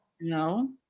No